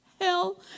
Hell